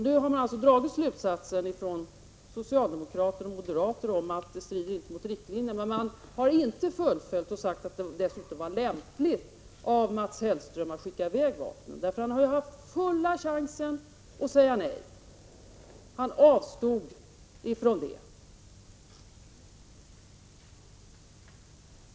Då har alltså socialdemokrater och moderater dragit slutsatsen att en sådan vapenexport inte strider mot riktlinjerna. Men man har inte fullföljt och sagt att det dessutom var lämpligt av Mats Hellström att skicka iväg vapnen. Han har ju haft full chans att säga nej. Han avstod från det.